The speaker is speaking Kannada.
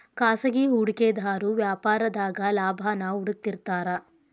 ಖಾಸಗಿ ಹೂಡಿಕೆದಾರು ವ್ಯಾಪಾರದಾಗ ಲಾಭಾನ ಹುಡುಕ್ತಿರ್ತಾರ